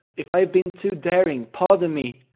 if i have been too daring, pardon me!